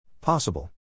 Possible